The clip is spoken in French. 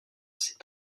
ces